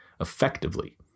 effectively